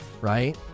right